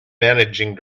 managing